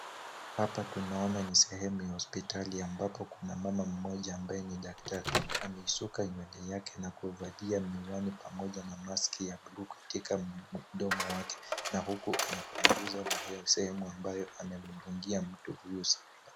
Hapa tunaona ni sehemu ya hospitali ambapo kuna mama mmoja ambaye ni daktari . Amesuka nywele yake na kuvalia miwani pamoja na maski ya buluu katika mdomo wake na huku anapanguza sehemu ambayo amemdungia mtu huyo sindano.